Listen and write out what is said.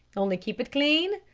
only keep it clean,